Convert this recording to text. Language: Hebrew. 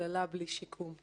הפללה בלי שיקום.